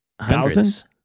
hundreds